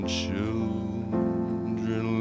children